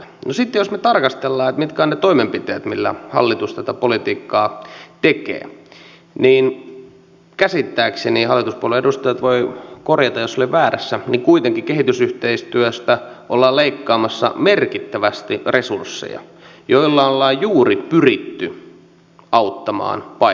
no sitten jos me tarkastelemme mitkä ovat ne toimenpiteet millä hallitus tätä politiikkaa tekee niin käsittääkseni hallituspuolueiden edustajat voivat korjata jos olen väärässä kuitenkin kehitystyöstä ollaan leikkaamassa merkittävästi resursseja joilla ollaan juuri pyritty auttamaan paikan päällä